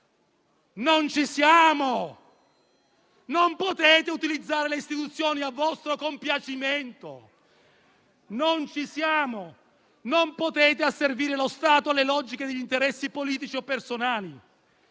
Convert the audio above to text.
Non ci siamo! Non potete utilizzare le istituzioni a vostro piacimento! Non ci siamo, non potete asservire lo Stato alle logiche degli interessi politici o personali.